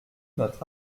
notre